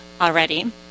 already